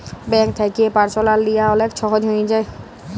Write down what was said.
bank থ্যাকে personal লিয়া অলেক ছহজ হঁয়ে গ্যাছে